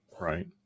Right